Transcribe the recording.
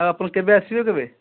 ଆଉ ଆପଣ କେବେ ଆସିବେ କେବେ